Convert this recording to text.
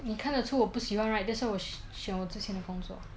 你看得出我不喜欢 right that's why 我我选我之前的工作